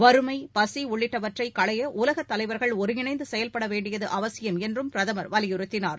வறுமை பசி உள்ளிட்டவற்றை களைய உலக தலைவர்கள் ஒருங்கிணைந்து செயல்பட வேண்டியது அவசியம் என்றும் பிரதமர் வலியுறுத்தினார்